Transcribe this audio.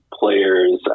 players